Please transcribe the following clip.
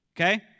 okay